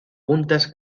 puntas